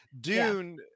Dune